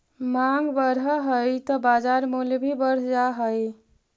माँग बढ़ऽ हइ त बाजार मूल्य भी बढ़ जा हइ